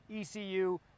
ECU